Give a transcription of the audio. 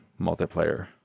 multiplayer